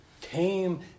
came